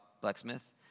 Blacksmith